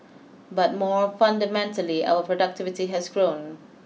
but more fundamentally our productivity has grown